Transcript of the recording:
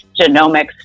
genomics